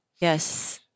Yes